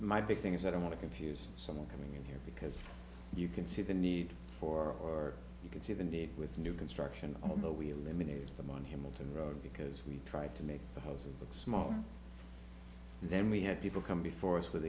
my big thing is i don't want to confuse someone coming in here because you can see the need for or you can see them be with new construction although we eliminated them on him milton road because we tried to make the hoses look small and then we had people come before us with